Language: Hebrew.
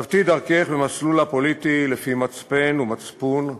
נווטי דרכך במסלול הפוליטי לפי מצפן ומצפון,